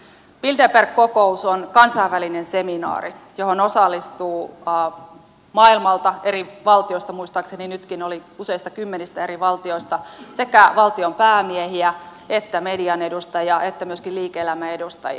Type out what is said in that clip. bilderberg kokous on kansainvälinen seminaari johon osallistuu maailmalta eri valtioista muistaakseni nytkin oli useista kymmenistä eri valtioista sekä valtionpäämiehiä että median edustajia että myöskin liike elämän edustajia